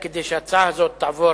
כדי שההצעה הזאת תעבור